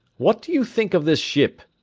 what do you think of this ship?